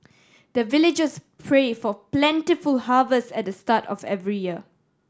the villagers pray for plentiful harvest at the start of every year